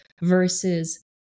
versus